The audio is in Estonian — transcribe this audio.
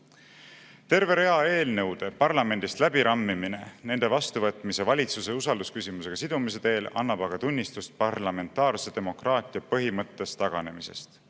Terve rea eelnõude parlamendist läbirammimine nende vastuvõtmise valitsuse usaldusküsimusega sidumise teel annab tunnistust parlamentaarse demokraatia põhimõttest taganemisest.